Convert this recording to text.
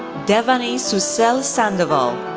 devany susel sandoval,